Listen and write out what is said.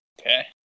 Okay